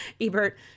Ebert